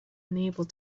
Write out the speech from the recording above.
unable